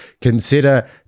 consider